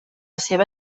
seva